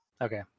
Okay